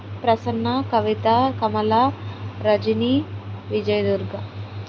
Prasanna Kavitha Kamala Rajani Vijayadurga